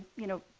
you know,